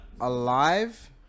Alive